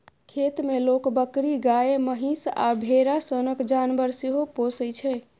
खेत मे लोक बकरी, गाए, महीष आ भेरा सनक जानबर सेहो पोसय छै